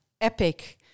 epic